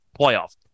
Playoff